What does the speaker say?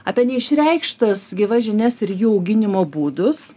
apie neišreikštas gyvas žinias ir jų auginimo būdus